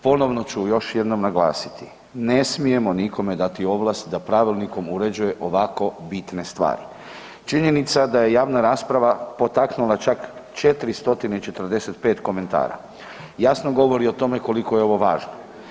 Ponovno ću još jednom naglasiti, ne smijemo nikome dati ovlasti da pravilnikom uređuje ovako bitne stvari. činjenica da je javna rasprava potaknula čak 445 komentara, jasno govori o tome koliko je ovo važno.